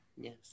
Yes